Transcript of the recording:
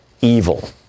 evil